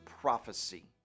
prophecy